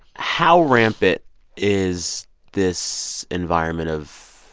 how rampant is this environment of